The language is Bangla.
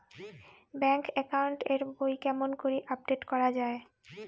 ব্যাংক একাউন্ট এর বই কেমন করি আপডেট করা য়ায়?